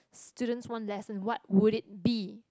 students one lesson what would it be